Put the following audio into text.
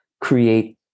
create